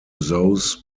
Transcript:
those